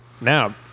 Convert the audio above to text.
Now